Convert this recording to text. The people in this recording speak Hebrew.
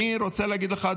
אני רוצה להגיד לך,